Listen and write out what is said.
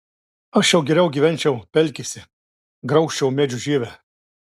aš jau geriau gyvenčiau pelkėse graužčiau medžių žievę